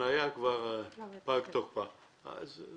שכבר פג תוקפה של ההפניה, אבל